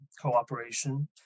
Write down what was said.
cooperation